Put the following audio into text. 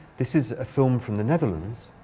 this is a film from the netherlands.